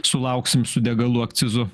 sulauksim su degalų akcizu